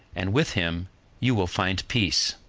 and with him you will find peace.